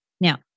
Now